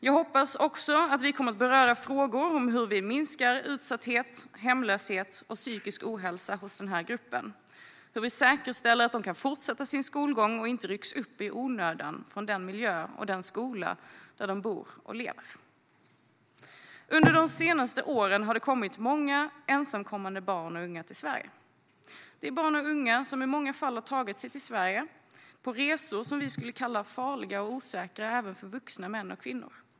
Jag hoppas också att vi kommer att beröra frågor om hur vi minskar utsatthet, hemlöshet och psykisk ohälsa hos denna grupp och hur vi säkerställer att de kan fortsätta sin skolgång och inte rycks upp i onödan från den miljö och skola där de lever sina liv. Under de senaste åren har det kommit många ensamkommande barn och unga till Sverige. Det är barn och unga som i många fall har tagit sig till Sverige på resor som vi skulle kalla farliga och osäkra även för vuxna män och kvinnor.